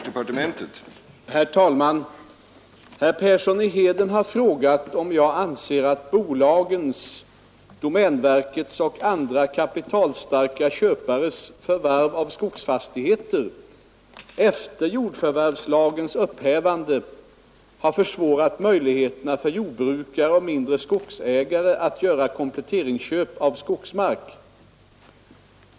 Herr talman! Herr Persson i Heden har frågat om jag anser att bolagens, domänverkets och andra kapitalstarka köpares förvärv av skogsfastigheter, efter jordförvärvslagens upphävande, har försvårat möjligheterna för jordbrukare och mindre skogsägare att göra kompletteringsköp av skogsmark.